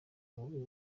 mubi